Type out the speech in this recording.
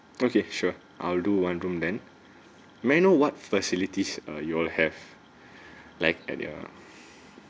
okay sure I'll do one room then may I know what facilities uh you all have like at the